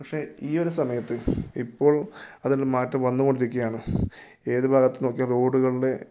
പക്ഷേ ഈ ഒരു സമയത്ത് ഇപ്പോൾ അതിന് മാറ്റം വന്ന് കൊണ്ടിരിക്കുകയാണ് ഏത് ഭാഗത്ത് നോക്കിയാൽ റോഡുകളുടെ